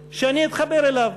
שאני אתחבר אליו.